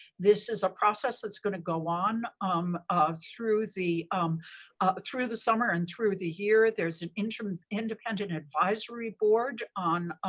this is a process that's going to go on um um through the through the summer and through the year. there's an independent advisory board on